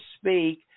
speak